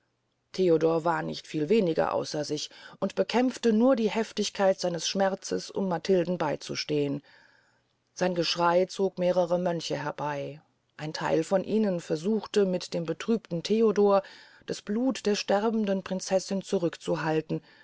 theodor war nicht viel weniger außer sich und bekämpfte nur die heftigkeit seines schmerzes um matilden beyzustehn sein geschrey zog mehrere mönche herbey ein theil von ihnen versuchte mit dem betrübten theodor das blut der sterbenden prinzessin zurückzuhalten